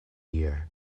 year